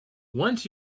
once